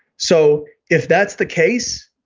so if that's the case,